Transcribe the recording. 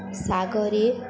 ଶାଗରେ